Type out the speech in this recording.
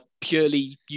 purely